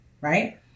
right